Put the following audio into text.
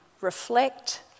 reflect